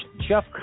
Jeff